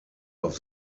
auf